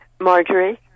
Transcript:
Marjorie